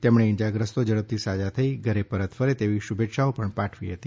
તેમણે ઈજાગ્રસ્તો ઝડપથી સાજા થઈ ઘરે પરત ફરે તેવી શુભેચ્છાઓ પણ પાઠવી હતી